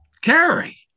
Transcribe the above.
Carrie